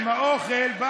עם האוכל בא